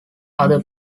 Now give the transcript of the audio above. other